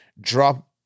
drop